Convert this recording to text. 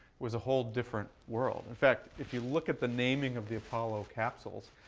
was a whole different world. in fact, if you look at the naming of the apollo capsules,